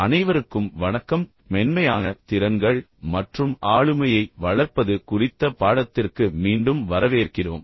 அனைவருக்கும் வணக்கம் மென்மையான திறன்கள் மற்றும் ஆளுமையை வளர்ப்பது குறித்த பாடத்திற்கு மீண்டும் வரவேற்கிறோம்